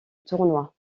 tournoi